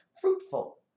fruitful